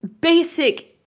basic